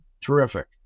terrific